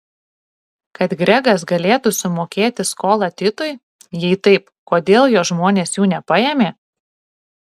kad gregas galėtų sumokėti skolą titui jei taip kodėl jo žmonės jų nepaėmė